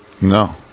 No